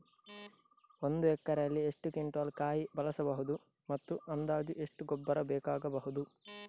ಒಂದು ಎಕರೆಯಲ್ಲಿ ಎಷ್ಟು ಕ್ವಿಂಟಾಲ್ ಕಾಯಿ ಬರಬಹುದು ಮತ್ತು ಅಂದಾಜು ಎಷ್ಟು ಗೊಬ್ಬರ ಬೇಕಾಗಬಹುದು?